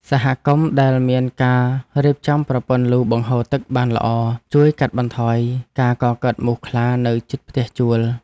សហគមន៍ដែលមានការរៀបចំប្រព័ន្ធលូបង្ហូរទឹកបានល្អជួយកាត់បន្ថយការកកើតមូសខ្លានៅជិតផ្ទះជួល។